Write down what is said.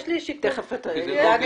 תכף דני.